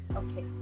okay